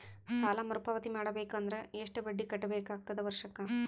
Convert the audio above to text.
ಸಾಲಾ ಮರು ಪಾವತಿ ಮಾಡಬೇಕು ಅಂದ್ರ ಎಷ್ಟ ಬಡ್ಡಿ ಕಟ್ಟಬೇಕಾಗತದ ವರ್ಷಕ್ಕ?